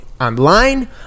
online